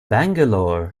bangalore